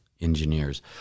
engineers